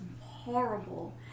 horrible